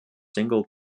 single